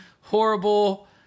horrible